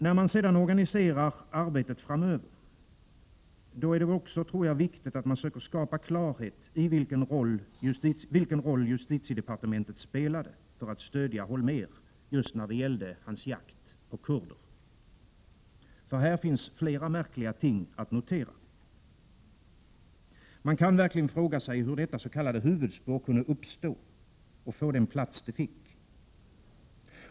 När man organiserar arbetet framöver är det viktigt att man söker skapa klarhet i vilken roll justitiedepartementet spelade för att stödja Holmér i hans jakt på kurder. Här finns flera märkliga ting att notera. Man kan verkligen fråga sig hur detta s.k. huvudspår kunde uppstå och få den plats det fick.